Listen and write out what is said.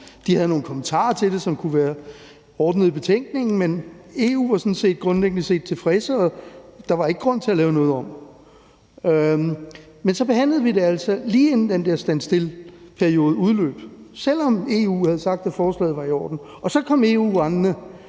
De havde nogle kommentarer til det, som kunne være ordnet i betænkningen, men EU var sådan set grundlæggende tilfredse, og der var ikke grund til at lave noget om. Men så behandlede vi det altså, lige inden den der stand still-periode udløb, selv om EU havde sagt, at forslaget var i orden. Og så kom EU rendende,